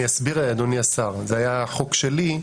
אני אסביר, אדוני השר, זה היה חוק שלי.